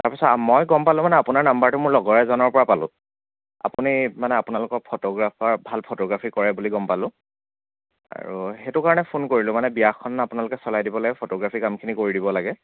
তাৰপিছত মই গম পালোঁ মানে আপোনাৰ নাম্বাৰটো মোৰ লগৰ এজনৰ পৰা পালোঁ আপুনি মানে আপোনালোকৰ ফটোগ্ৰাফাৰ ভাল ফটোগ্ৰাফী কৰে বুলি গম পালোঁ আৰু সেইটো কাৰণে ফোন কৰিলোঁ মানে বিয়াখন আপোনালোকে চলাই দিব লাগে ফটোগ্ৰাফী কামখিনি কৰি দিব লাগে